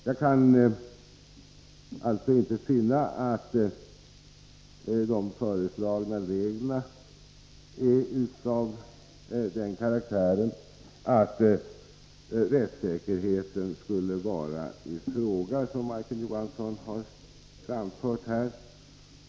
Jag kan alltså inte finna att de föreslagna reglerna är av den karaktären att rättssäkerheten skulle vara i fara, som Majken Johansson har anfört här.